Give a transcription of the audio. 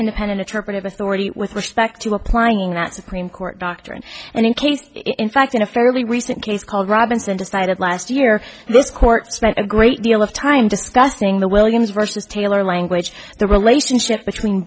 independent interpretive authority with respect to applying that supreme court doctrine and in case in fact in a fairly recent case called robinson decided last year this court spent a great deal of time discussing the williams versus taylor language the relationship between